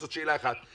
זאת שאלה אחת.